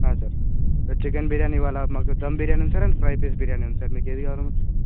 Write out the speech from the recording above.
sir chicken biryani ఇవాళ మాకు ధమ్ బిర్యానీ ఉంది sir and fry piece biryani ఉంది సార్ మీకు ఏది కావాలి సార్